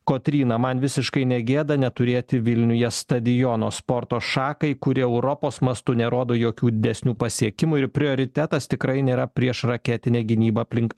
kotryna man visiškai negėda neturėti vilniuje stadiono sporto šakai kuri europos mastu nerodo jokių didesnių pasiekimų ir prioritetas tikrai nėra priešraketinė gynyba aplink